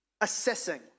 assessing